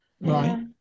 Right